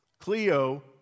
Cleo